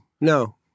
No